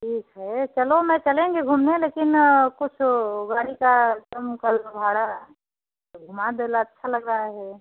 ठीक है चलो ना चलेंगे घूमने लेकिन कुछ गाड़ी का कम कर लो भाड़ा तो घुमा दें ला अच्छा लग रहा है